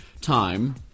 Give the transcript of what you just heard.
time